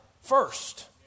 first